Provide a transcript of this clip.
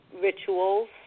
rituals